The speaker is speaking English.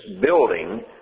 building